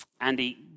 Andy